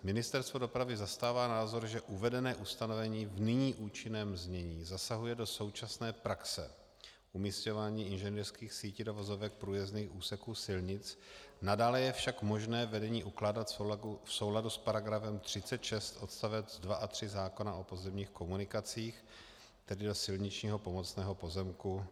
Ministerstvo dopravy zastává názor, že uvedené ustanovení v nyní účinném znění zasahuje do současné praxe umísťování inženýrských sítí do vozovek průjezdných úseků silnic, nadále je však možné vedení ukládat v souladu s § 36 odst. 2 a 3 zákona o pozemních komunikacích, tedy do silničního pomocného pozemku.